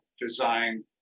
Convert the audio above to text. design